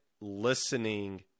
listening